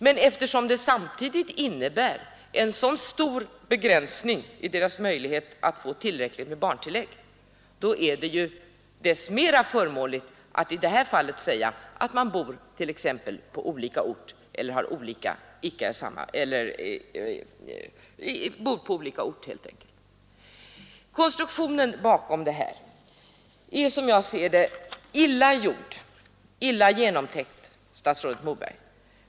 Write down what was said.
Men eftersom förslaget samtidigt innebär en så stor begränsning av deras möjligheter att få tillräckligt med barntillägg, är det mera förmånligt att i det här fallet säga att man bor på olika ort. Konstruktionen bakom detta förslag, herr Moberg, är — som jag ser det — illa genomtänkt.